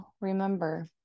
remember